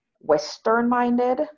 Western-minded